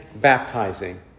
baptizing